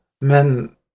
men